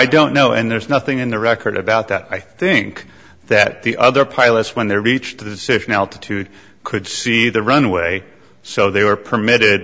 i don't know and there's nothing in the record about that i think that the other pilots when they reached a decision altitude could see the runway so they were permitted